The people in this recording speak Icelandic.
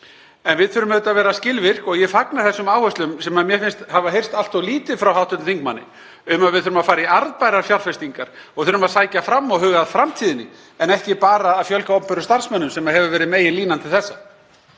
En við þurfum auðvitað að vera skilvirk og ég fagna þessum áherslum sem mér finnst hafa heyrst allt of lítið frá hv. þingmanni um að við þurfum að fara í arðbærar fjárfestingar og þurfum að sækja fram og huga að framtíðinni en ekki bara að fjölga opinberum starfsmönnum sem hefur verið meginlínan til þessa.